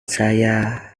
saya